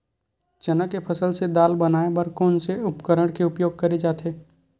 चना के फसल से दाल बनाये बर कोन से उपकरण के उपयोग करे जाथे?